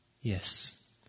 Yes